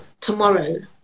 tomorrow